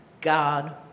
God